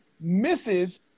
misses